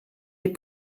les